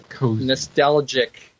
nostalgic